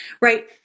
right